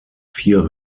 vier